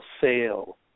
sale